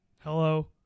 Hello